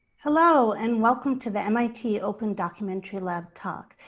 hello and welcome to the mit open documentary lab talk.